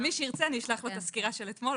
מי שרוצה, אשלח את הסקירה של אתמול.